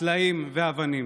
סלעים ואבנים.